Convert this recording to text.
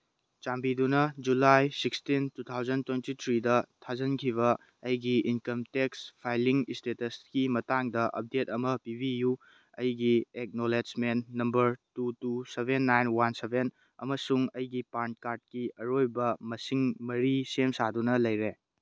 ꯆꯥꯟꯕꯤꯗꯨꯅ July sixteen two thousand twenty ꯊ꯭ꯔꯤꯗ ꯊꯥꯖꯤꯟꯈꯤꯕ ꯑꯩꯒꯤ ꯏꯟꯀꯝ ꯇꯦꯛꯁ ꯐꯥꯏꯂꯤꯡ ꯏꯁꯇꯦꯇꯁꯀꯤ ꯃꯇꯥꯡꯗ ꯑꯞꯗꯦꯠ ꯑꯃ ꯄꯤꯕꯤꯌꯨ ꯑꯩꯒꯤ acknowledgement number two two seven nine one seven ꯑꯃꯁꯨꯡ ꯑꯩꯒꯤ ꯄꯥꯟ ꯀꯥꯔꯠꯀꯤ ꯑꯔꯣꯏꯕ ꯃꯁꯤꯡ ꯃꯔꯤ ꯁꯦꯝ ꯁꯥꯗꯨꯅ ꯂꯩꯔꯦ